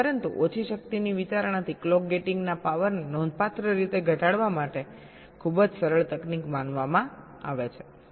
પરંતુ ઓછી શક્તિની વિચારણાથી ક્લોક ગેટિંગ ના પાવરને નોંધપાત્ર રીતે ઘટાડવા માટે ખૂબ જ સરળ તકનીક માનવામાં આવે છે